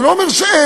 אני לא אומר שאין,